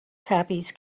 copies